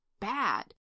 bad